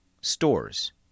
stores